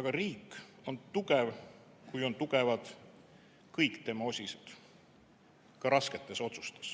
Aga riik on tugev, kui on tugevad kõik tema osised. Ka rasketes otsustes.